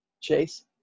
chase